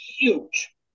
huge